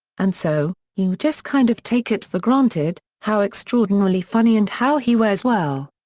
and so, you just kind of take it for granted, how extraordinarily funny and how he wears well.